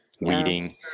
Weeding